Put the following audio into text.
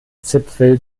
zipfel